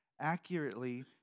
accurately